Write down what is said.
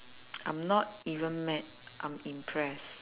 I'm not even mad I'm impressed